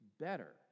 better